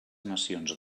nacions